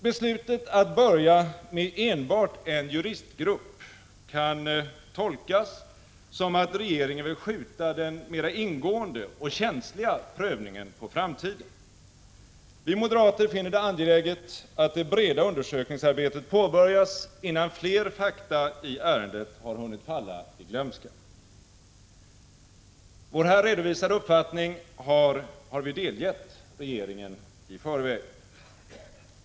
Beslutet att börja med enbart en juristgrupp kan tolkas som att regeringen vill skjuta den mera ingående och känsliga prövningen på framtiden. Vi moderater finner det angeläget att det breda undersökningsarbetet påbörjas, innan fler fakta i ärendet har hunnit falla i glömska. Vår här redovisade uppfattning har vi delgett regeringen i förväg.